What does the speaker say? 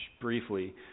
briefly